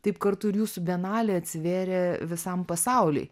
taip kartu ir jūsų bienalė atsivėrė visam pasauliui